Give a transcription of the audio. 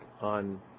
on